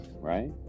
right